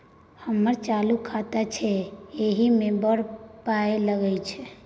हमर चालू खाता छै इ एहि मे बड़ पाय लगैत छै